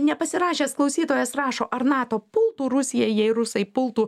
nepasirašęs klausytojas rašo ar nato pultų rusiją jei rusai pultų